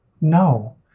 No